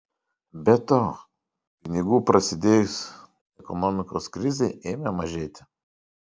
be to pinigų prasidėjus ekonomikos krizei ėmė mažėti